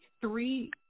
three